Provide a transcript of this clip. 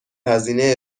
هزینه